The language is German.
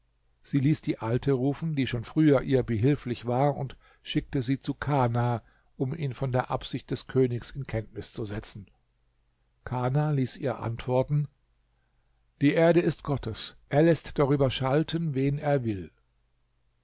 sie ließ die alte rufen die schon früher ihr behilflich war und schickte sie zu kana um ihn von der absicht des königs in kenntnis zu setzen kana ließ ihr antworten die erde ist gottes er läßt darüber schalten wen er will